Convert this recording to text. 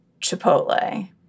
Chipotle